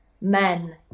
men